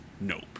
Nope